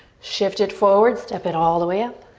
shift it forward, step it all the way up.